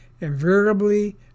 invariably